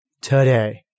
today